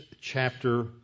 chapter